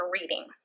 reading